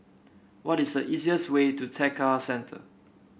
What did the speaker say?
what is the easiest way to Tekka Centre